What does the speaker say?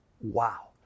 Wow